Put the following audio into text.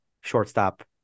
shortstop